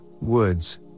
woods